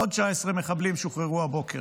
עוד 19 מחבלים שוחררו הבוקר.